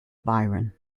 byron